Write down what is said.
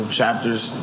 chapters